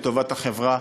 לטובת החברה,